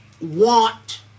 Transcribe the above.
want